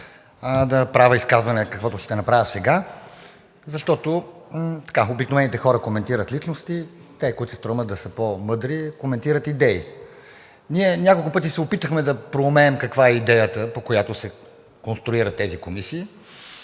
да правя изказване, каквото ще направя сега, защото обикновените хора коментират личности, а тези, които се стремят да са по-мъдри, коментират идеи. Ние няколко пъти се опитахме да проумеем каква е идеята, по която се конструират тези комисии.